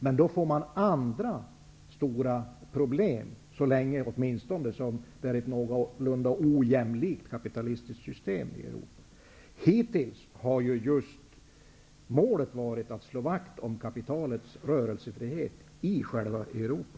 Men då får man andra stora problem, åtminstone så länge det är ett någorlunda ojämlikt kapitalistiskt system i Europa. Hittills har målet varit att slå vakt om kapitalets rörelsefrihet i själva Europa.